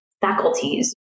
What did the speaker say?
faculties